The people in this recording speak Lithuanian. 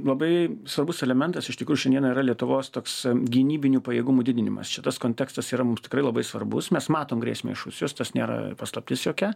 labai svarbus elementas iš tikrųjų šiandieną yra lietuvos toks gynybinių pajėgumų didinimas čia tas kontekstas yra mums tikrai labai svarbus mes matom grėsmę iš rusijos tas nėra paslaptis jokia